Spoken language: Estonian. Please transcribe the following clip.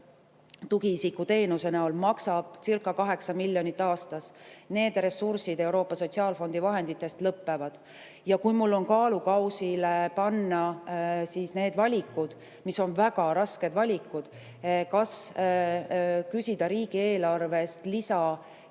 tugiisikuteenuse näol maksabcirca8 miljonit aastas. Need ressursid Euroopa Sotsiaalfondi vahenditest lõpevad. Kui mul on kaalukausile panna need valikud, mis on väga rasked valikud, kas küsida riigieelarvest lisa